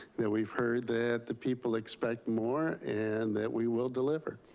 that we've heard that the people expect more. and that we will deliver.